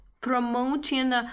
promoting